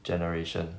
generation